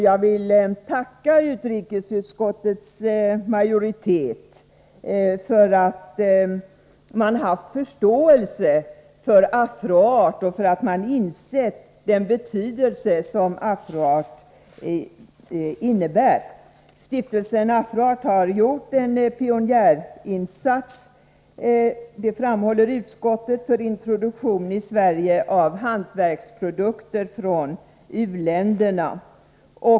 Jag vill tacka utrikesutskottets majoritet för att man haft förståelse för Afro-Art och för att man har insett den betydelse som Afro-Art har. Stiftelsen Afro-Art har gjort en pionjärinsats, framhåller utskottet, för introduktion i Sverige av hantverksprodukter från u-länderna.